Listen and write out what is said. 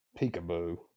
Peekaboo